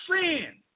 sin